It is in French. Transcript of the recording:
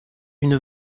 une